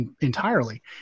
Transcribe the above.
Entirely